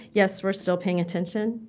yes, we're still paying attention.